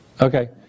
Okay